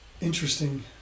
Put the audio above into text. interesting